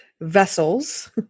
vessels